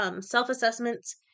self-assessments